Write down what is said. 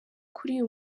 kuriya